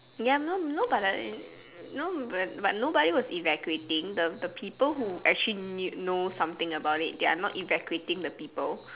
ya no but like no but no one was evacuating the the people who actually knew know something about it they were not evacuating the people